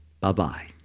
Bye-bye